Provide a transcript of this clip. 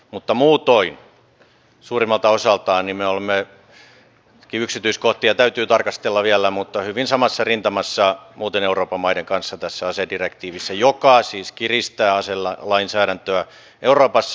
mutta suurimmalta osaltaan me olemme joitakin yksityiskohtia täytyy tarkastella vielä hyvin samassa rintamassa muuten euroopan maiden kanssa tässä asedirektiivissä joka siis kiristää aselainsäädäntöä euroopassa